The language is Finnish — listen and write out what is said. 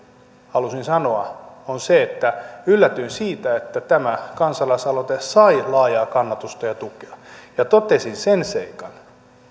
halusin sanoa on se että yllätyin siitä että tämä kansalaisaloite sai laajaa kannatusta ja tukea ja totesin sen seikan